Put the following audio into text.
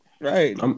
right